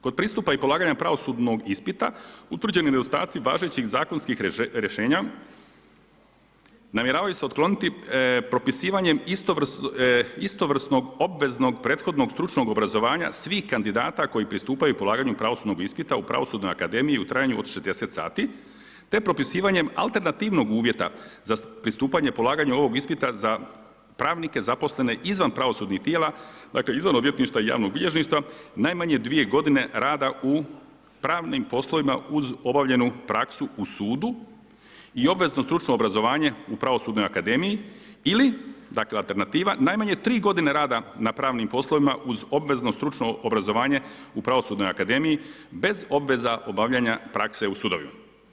Kod pristupa i polaganja pravosudnog ispita, utvrđeni nedostaci važećih zakonskih rješenja namjeravaju se otkloniti propisivanje istovrsnog obveznog prethodnog stručnog obrazovanja svih kandidata koji pristupaju polaganju pravosudnog ispita u pravosudnoj akademiji u trajanju od 60 sati te propisivanjem alternativnog uvjeta za pristupanje polaganju ovog ispita za pravnike zaposlene izvan pravosudnih tijela, dakle izvan odvjetništva i javnog bilježništva najmanje 2 g. rada u pravim poslovima uz obavljenu praksu u sudu i obvezno stručno obrazovanje u pravosudnoj akademiji ili dakle, alternativa najmanje 3 g. rada na pravim poslovima uz obvezno stručno obrazovanje u pravosudnoj akademiji bez obveza obavljanja prakse u sudovima.